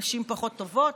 נשים פחות טובות?